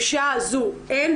בשעה הזו אין?